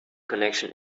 connection